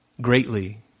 greatly